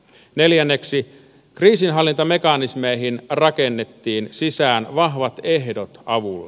neljänneksi kriisinhallintamekanismeihin rakennettiin sisään vahvat ehdot avulle